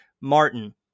martin